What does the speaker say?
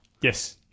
Yes